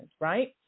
right